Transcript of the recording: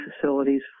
facilities